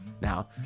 Now